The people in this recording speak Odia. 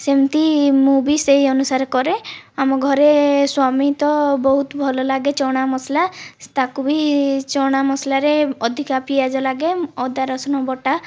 ସେମିତି ମୁଁ ବି ସେହି ଅନୁସାରେ କରେ ଆମ ଘରେ ସ୍ୱାମୀ ତ ବହୁତ ଭଲଲାଗେ ଚଣା ମସଲା ତାକୁ ବି ଚଣା ମସଲାରେ ଅଧିକ ପିଆଜ ଲାଗେ ଅଦା ରସୁଣ ବଟା